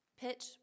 Pitch